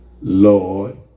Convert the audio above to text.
Lord